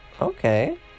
okay